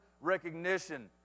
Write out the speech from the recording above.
recognition